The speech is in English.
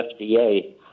FDA